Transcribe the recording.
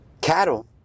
Cattle